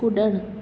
कुॾण